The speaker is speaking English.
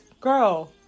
Girl